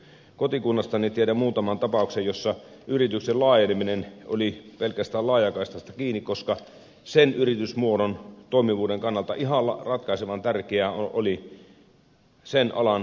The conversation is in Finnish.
kotikunnastani tiedän muutaman tapauksen joissa yrityksen laajeneminen oli pelkästään laajakaistasta kiinni koska sen yritysmuodon toimivuuden kannalta ihan ratkaisevan tärkeää oli sen alan tietolähteisiin pääsy